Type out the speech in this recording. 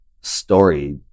story